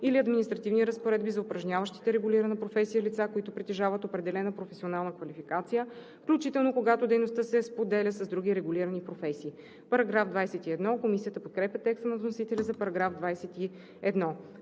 или административни разпоредби за упражняващите регулирана професия лица, които притежават определена професионална квалификация, включително когато дейността се споделя с други регулирани професии.“ Комисията подкрепя текста на вносителя за § 21.